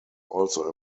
also